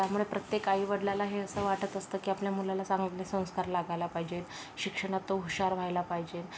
त्यामुळे प्रत्येक आई वडिलांला हे असं वाटत असतं की आपल्या मुलाला चांगले संस्कार लागायला पाहिजेत शिक्षणात तो हुशार व्हायला पाहिजे